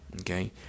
okay